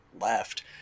left